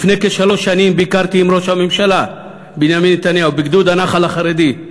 לפני כשלוש שנים ביקרתי עם ראש הממשלה בנימין נתניהו בגדוד הנח"ל החרדי,